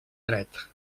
dret